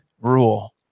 rule